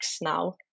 now